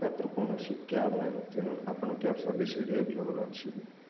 ମାତ୍ର କୌଣସି କ୍ୟାବ୍ ନାହିଁ ତେଣୁ ଆପଣଙ୍କ କ୍ୟାବ୍ ସର୍ଭିସ୍ ଏଇଠି ଏଭେଲେବୁଲ୍ ଅଛି